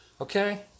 Okay